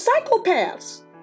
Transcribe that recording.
psychopaths